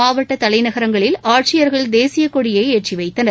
மாவட்டத் தலைநகரங்களில் ஆட்சியர்கள் தேசிய கொடியை ஏற்றிவைத்தனர்